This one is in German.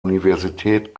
universität